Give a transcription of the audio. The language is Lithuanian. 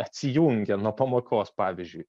atsijungia nuo pamokos pavyzdžiui